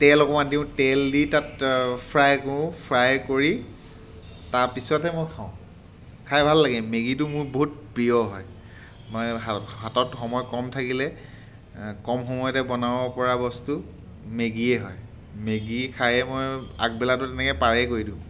তেল অকমান দিওঁ তেল দি তাত ফ্ৰাই কৰোঁ ফ্ৰাই কৰি তাৰপিছতে মই খাওঁ খাই ভাল লাগে মেগীটো মোৰ বহুত প্ৰিয় হয় মই ভালপাওঁ হাতত সময় কম থাকিলে কম সময়তে বনাব পৰা বস্তু মেগীয়ে হয় মেগী খাই মই আগবেলাটো তেনেকৈ পাৰেই কৰি দিওঁ